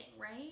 right